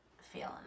feeling